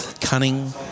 cunning